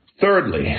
Thirdly